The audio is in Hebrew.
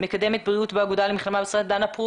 מקדמת בריאות באגודה למלחמה בסרטן.